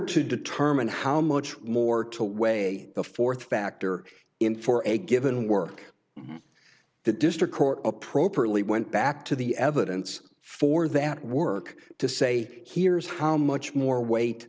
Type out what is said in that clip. to determine how much more to weigh the fourth factor in for a given work the district court appropriately went back to the evidence for that work to say here is how much more weight